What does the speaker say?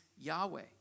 Yahweh